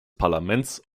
parlaments